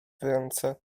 ręce